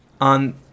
on